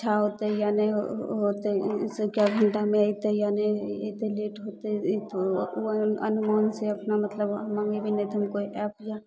अच्छा होतै या नहि होतैयश जैसे कए घंटामे अयतै या नहि अयतै लेट होतै ओ अपना अनुमान से अपना मतलब मंगेबै नहि तऽ हम अपना ऐप से